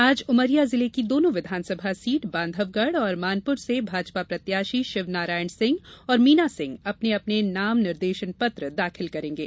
आज उमरिया जिले की दोनों विधानसभा सीट बांधवगढ़ और मानपुर से भाजपा प्रत्याशी शिवनारायण सिंह और मीनासिंह अपने अपने नाम निर्देशन पत्र दाखिल करेंगे